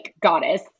goddess